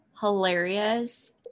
hilarious